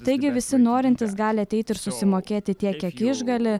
taigi visi norintys gali ateiti ir susimokėti tiek kiek išgali